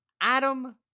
Adam